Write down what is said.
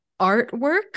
artwork